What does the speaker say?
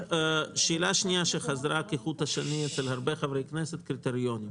שאלה שנייה שחזרה כחוט השני אצל הרבה חברי כנסת היא על קריטריונים.